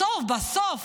בסוף בסוף